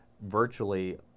virtually